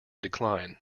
decline